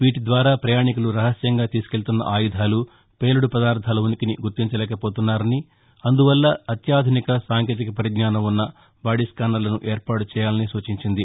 వీటి ద్వారా ప్రయాణికులు రహస్యంగా తీసుకెక్తున్న ఆయుధాలు పేలుడు పదార్ధాల ఉనికిని గుర్తించలేకపోతున్నారని అందువల్ల అత్యాధునిక సాంకేతిక పరిజ్ఞానం ఉన్న బాడీ స్కానర్లను ఏర్పాటు చేయాలని సూచించింది